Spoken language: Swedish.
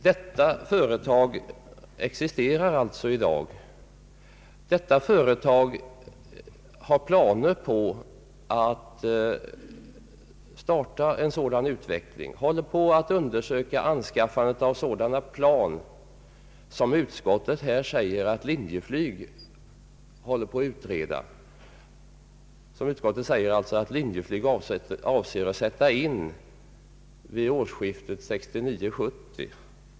I dag existerar alltså detta företag. Det har planer på att starta en sådan utveckling, det håller på att undersöka möjligheterna att anskaffa sådana plan som utskottet säger att Linjeflyg avser att sätta in vid årsskiftet 1969/70.